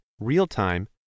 real-time